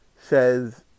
says